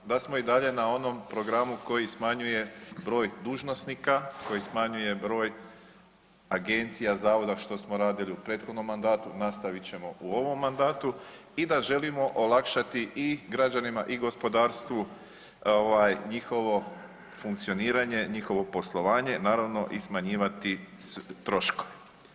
Da smo i dalje na onom programu koji smanjuje broj dužnosnika, koji smanjuje broj agencija, zavoda, što smo radili u prethodnom mandatu, nastavit ćemo u ovom mandatu i da želimo olakšati i građanima i gospodarstvu ovaj njihovo funkcioniranje, njihovo poslovanje, naravno i smanjivati troškove.